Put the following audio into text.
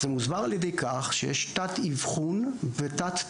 זה מוסבר על ידי כך שיש תת-אבחון ותת-טיפול